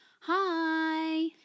Hi